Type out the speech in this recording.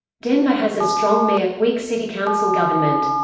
denver has a strong mayor weak city council government.